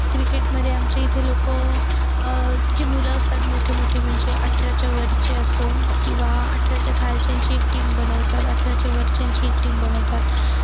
क्रिकेटमध्ये आमच्या इथे लोक जे मुलं असतात मोठे मोठे म्हणजे अठराच्या वरचे असो किंवा अठराच्या खालच्यांची एक टीम बनवतात अठराच्या वरच्यांची एक टीम बनवतात